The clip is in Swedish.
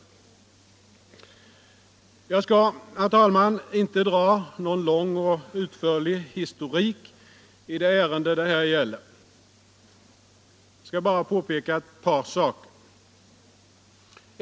Jag skall, herr talman, inte dra någon lång och utförlig historik i det ärende det här gäller. Jag skall bara påpeka ett par saker.